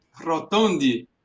rotondi